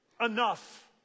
enough